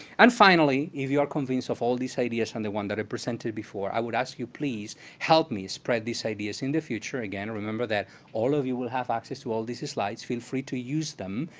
and finally, if you are convinced of all these ideas on the one that i presented before, i would ask you please help me spread these ideas in the future. again, remember that all of you will have access to all these slides. feel free to use them,